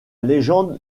légende